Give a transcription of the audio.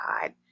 God